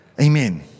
Amen